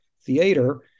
theater